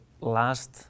last